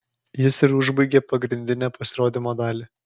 jis ir užbaigė pagrindinę pasirodymo dalį